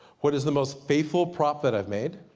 what is the most faithful prop that i've made?